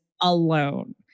alone